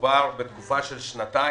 שמדובר בתקופה של שנתיים,